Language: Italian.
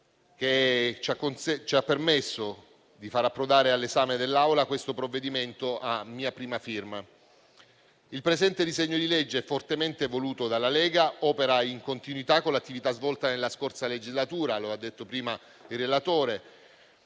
che ci ha permesso di far approdare all'esame dell'Assemblea questo provvedimento a mia prima firma. Il presente disegno di legge è fortemente voluto dalla Lega, opera in continuità con l'attività svolta nella scorsa legislatura, come ha detto prima il relatore,